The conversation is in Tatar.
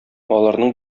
аларның